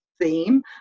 theme